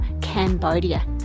Cambodia